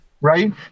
right